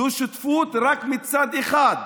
זו שותפות רק מצד אחד.